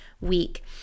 week